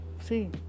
see